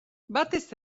batez